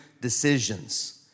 decisions